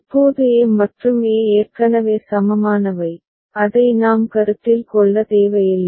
இப்போது a மற்றும் a ஏற்கனவே சமமானவை அதை நாம் கருத்தில் கொள்ள தேவையில்லை